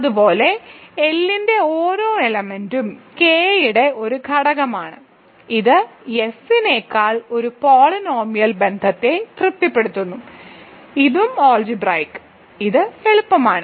അതുപോലെ L ന്റെ ഓരോ എലമെന്റും K യുടെ ഒരു ഘടകമാണ് ഇത് F നെക്കാൾ ഒരു പോളിനോമിയൽ ബന്ധത്തെ തൃപ്തിപ്പെടുത്തുന്നു ഇതും അൾജിബ്രായിക്ക് ഇത് എളുപ്പമാണ്